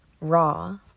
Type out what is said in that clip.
raw